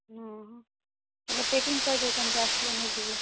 ହଁ ହଁ ହେଲେ ପେକିଙ୍ଗ୍ କରି ଦେଇଥାନ୍ତୁ ଆସିଲେ ନେଇଯିବି